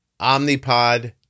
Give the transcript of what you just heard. Omnipod